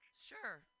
sure